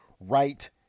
right